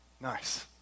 Nice